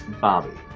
Bobby